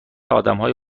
آدمهای